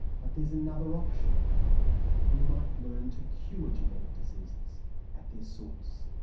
but there is another option we might learn to cure genetic diseases at their source.